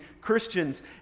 Christians